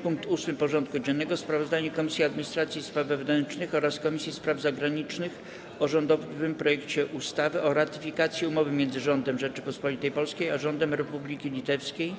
Powracamy do rozpatrzenia punktu 8. porządku dziennego: Sprawozdanie Komisji Administracji i Spraw Wewnętrznych oraz Komisji Spraw Zagranicznych o rządowym projekcie ustawy o ratyfikacji Umowy między Rządem Rzeczypospolitej Polskiej a Rządem Republiki Litewskiej